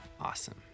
awesome